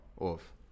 off